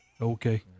okay